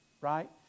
right